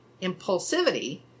Impulsivity